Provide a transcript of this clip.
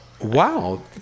Wow